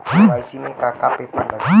KYC में का का पेपर लगी?